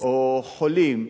או חולים,